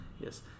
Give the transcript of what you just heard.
Yes